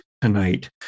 Tonight